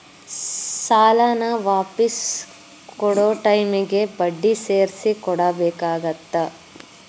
ಸಾಲಾನ ವಾಪಿಸ್ ಕೊಡೊ ಟೈಮಿಗಿ ಬಡ್ಡಿ ಸೇರ್ಸಿ ಕೊಡಬೇಕಾಗತ್ತಾ